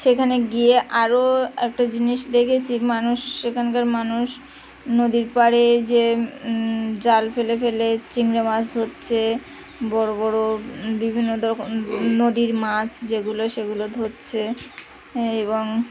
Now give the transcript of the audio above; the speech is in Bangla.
সেখানে গিয়ে আরো একটা জিনিস দেখেছি মানুষ সেখানকার মানুষ নদীর পাড়ে যে জাল ফেলে ফেলে চিংড়ি মাছ ধরছে বড়ো বড়ো বিভিন্ন রকম নদীর মাছ যেগুলো সেগুলো ধরছে এবং